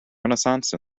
renaissance